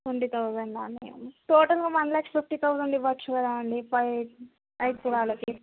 twenty థౌజండా అండి టోటల్గా వన్ ల్యాక్ ఫిఫ్టీ థౌజండ్ ఇవ్వచ్చు కదా అండి ఫైవ్ ఐదు తులాలకి